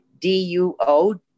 duo